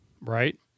right